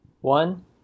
One